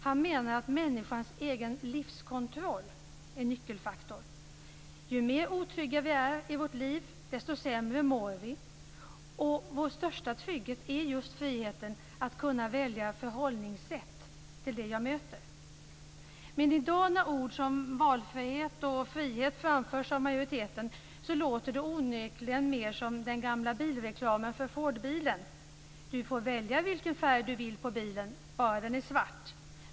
Han menar att människans egen livskontroll är en nyckelfaktor. Ju mer otrygga vi är i våra liv, desto sämre mår vi, och vår största trygghet är just friheten att kunna välja förhållningssätt till det vi möter. Men i dag när ord som valmöjlighet och frihet framförs av majoriteten låter det onekligen mer som den gamla reklamen för Fordbilen: Du får välja vilken färg du vill på bilen, bara den är svart.